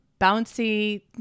bouncy